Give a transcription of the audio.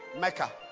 Mecca